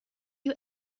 you